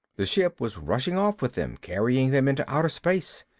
the ship was rushing off with them, carrying them into outer space.